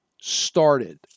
started